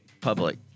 public